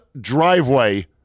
driveway